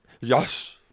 Yes